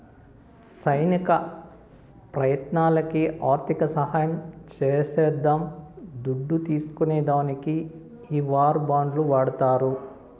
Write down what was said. సైనిక ప్రయత్నాలకి ఆర్థిక సహాయం చేసేద్దాం దుడ్డు తీస్కునే దానికి ఈ వార్ బాండ్లు వాడతారు